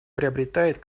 приобретает